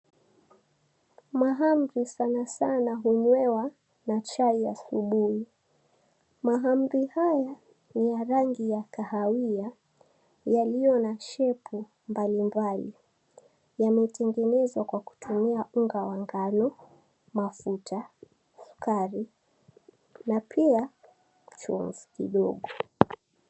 Mahamri sana sana hunywewa na chai asubuhi. Mahamri haya ni ya rangi ya kahawia yaliyo na shepu mbali mbali. Yametengenezwa kwa kutumia unga wa ngano, mafuta, 𝑠ukari na pia chumvi kidogo.